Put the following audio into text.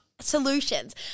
solutions